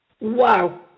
Wow